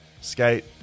Skate